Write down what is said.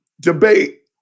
debate